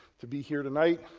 to be here tonight.